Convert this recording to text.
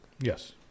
Yes